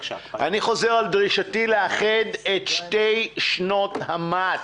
אני חוזר על דרישתי לאחד את שתי שנות המס,